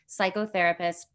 psychotherapist